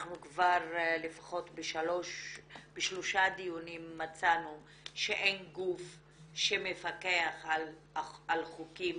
אנחנו כבר לפחות בשלושה דיונים מצאנו שאין גוף שמפקח על חוקים,